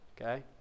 Okay